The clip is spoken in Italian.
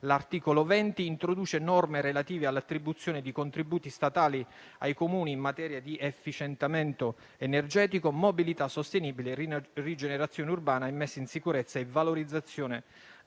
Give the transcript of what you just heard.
l'articolo 20 introduce norme relative all'attribuzione di contributi statali ai Comuni in materia di efficientamento energetico, mobilità sostenibile, rigenerazione urbana, messa in sicurezza e valorizzazione del